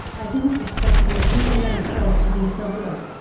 i didn't expect your culinary skills to be so good!